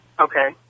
Okay